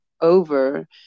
over